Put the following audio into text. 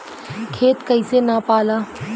खेत कैसे नपाला?